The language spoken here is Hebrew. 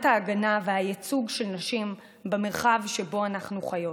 ההגנה והייצוג של נשים במרחב שבו אנחנו חיות.